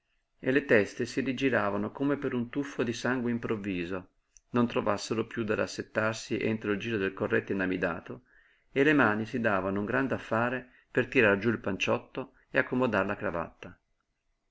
e le teste si rigiravano come per un tuffo di sangue improvviso non trovassero piú da rassettarsi entro il giro del colletto inamidato e le mani si davano un gran da fare per tirar giú il panciotto e accomodar la cravatta